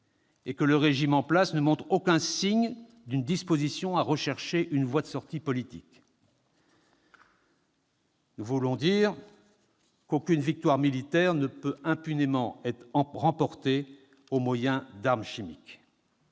et que le régime en place ne montre aucun signe d'une disposition à rechercher une voie de sortie politique. Nous voulons dire qu'aucune victoire militaire ne peut impunément être remportée au moyen d'armes chimiques.